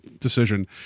decision